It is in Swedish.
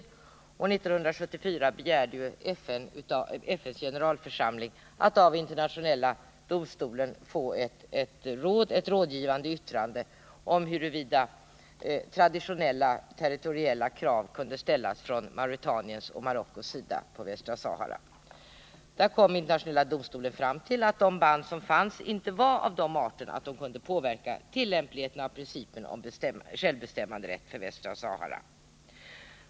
År 1974 begärde FN:s generalförsamling att av Internationella domstolen få ett rådgivande yttrande om huruvida traditionella territoriella krav på Västra Sahara kunde ställas från Mauretaniens och Marockos sida. Internationella domstolen kom fram till att de band som fanns inte var av den arten att de kunde påverka tillämpligheten av principen av självbestämmanderätt för Västra Sahara.